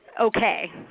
okay